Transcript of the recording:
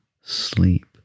sleep